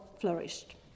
flourished